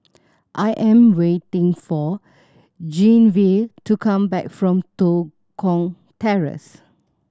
I am waiting for Genevieve to come back from Tua Kong Terrace